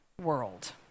world